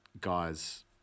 guy's